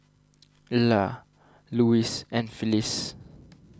Ila Louis and Phyllis